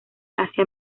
asia